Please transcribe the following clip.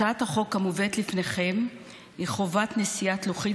הצעת החוק המובאת לפניכם היא חובת נשיאת לוחית